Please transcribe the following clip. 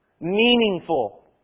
meaningful